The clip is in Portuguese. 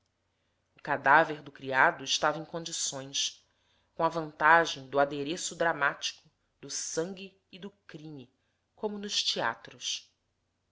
cadáver do criado estava em condições com a vantagem do adereço dramático do sangue e do crime como nos teatros